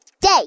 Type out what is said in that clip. day